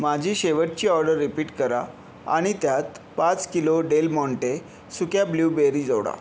माझी शेवटची order repeat करा आनी त्यात पाच किलो डेल माँटे सुक्या ब्लूबेरी जोडा